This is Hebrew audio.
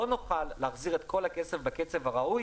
לא נוכל להחזיר את כל הכסף בקצב הראוי